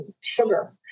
sugar